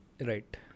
Right